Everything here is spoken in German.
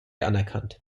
anerkannt